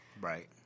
Right